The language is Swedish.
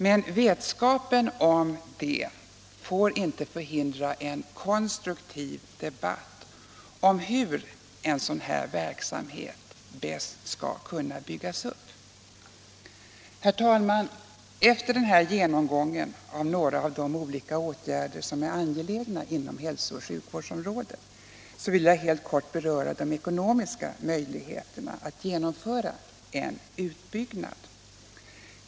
Men vetskapen om detta får inte förhindra en konstruktiv debatt om hur en sådan verksamhet bäst skall kunna byggas upp. Herr talman! Efter denna genomgång av några av de olika åtgärder som är angelägna inom hälso och sjukvårdsområdet vill jag helt kort beröra de ekonomiska möjligheterna att genomföra en utbyggnad.